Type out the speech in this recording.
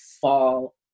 fall